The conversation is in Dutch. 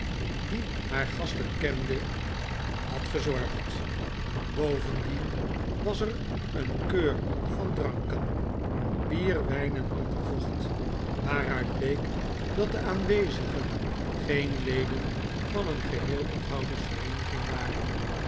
die haar gasten kende had gezorgd bovendien was er een keur van dranken bier wijn en ander vocht waaruit bleek dat de aanwezigen geen leden van een geheelonthouders vereeniging waren